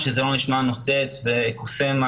הדברים לא נשמעים נוצצים וקוסמים,